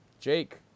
Jake